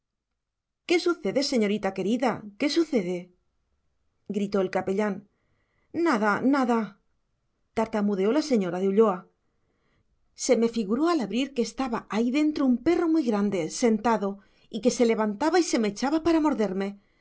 qué sucede señorita querida qué sucede gritó el capellán nada nada tartamudeó la señora de ulloa se me figuró al abrir que estaba ahí dentro un perro muy grande sentado y que se levantaba y se me echaba para morderme